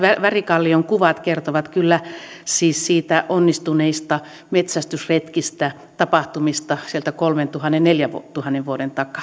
värikallion kuvat kertovat kyllä niistä onnistuneista metsästysretkistä tapahtumista sieltä kolmentuhannen viiva neljäntuhannen vuoden takaa